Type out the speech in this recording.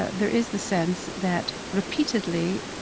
ah there is the sense that, repeatedly,